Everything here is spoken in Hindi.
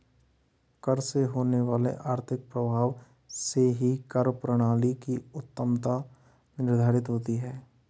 कर से होने वाले आर्थिक प्रभाव से ही कर प्रणाली की उत्तमत्ता निर्धारित होती है